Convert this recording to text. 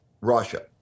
Russia